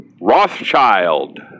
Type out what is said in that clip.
Rothschild